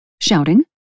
Shouting